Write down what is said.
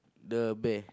the bear